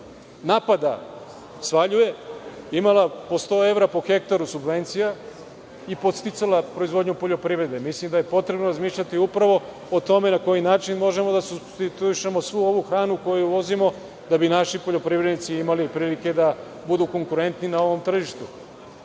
napada svaljuje imala 100 evra po hektaru subvencija i podsticala je proizvodnju poljoprivrede. Mislim da je potrebno razmišljati upravo o tome na koji način možemo da supstituišemo svu ovu hranu koju uvozimo da bi naši poljoprivrednici imali prilike da budu konkurentni na ovom tržištu.